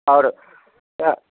आओर